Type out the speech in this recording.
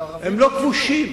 הם לא כבושים.